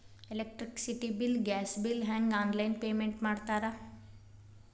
electricity bill gas bill ಹೆಂಗ online payment ಮಾಡ್ತಾರಾ